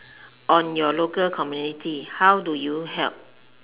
on your local community how do you help